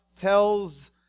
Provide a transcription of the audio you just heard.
tells